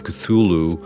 Cthulhu